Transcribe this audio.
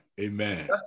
Amen